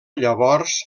llavors